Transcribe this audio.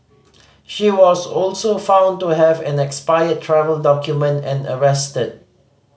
she was also found to have an expired travel document and arrested